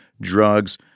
drugs